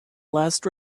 last